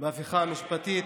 וההפיכה הממשלתית,